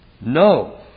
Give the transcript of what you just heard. No